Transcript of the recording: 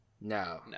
No